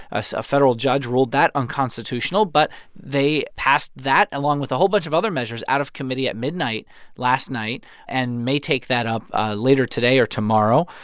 ah so a federal judge ruled that unconstitutional. but they passed that, along with a whole bunch of other measures, out of committee at midnight last night and may take that up ah later today or tomorrow.